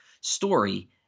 story